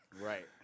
right